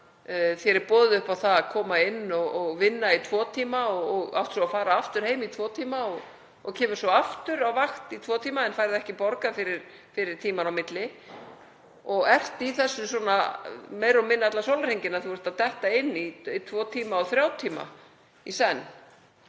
þar sem boðið er upp á það að koma inn og vinna í tvo tíma og eiga svo að fara aftur heim í tvo tíma og koma svo aftur á vakt í tvo tíma en fá ekki borgað fyrir tímann á milli og vera í því meira og minna allan sólarhringinn að detta inn í tvo tíma og þrjá tíma í senn.